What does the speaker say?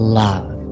love